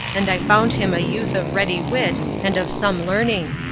and i found him a youth of ready wit and of some learning.